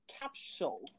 Capsule